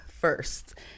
first